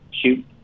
shoot